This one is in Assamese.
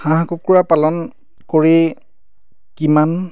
হাঁহ কুকুৰা পালন কৰি কিমান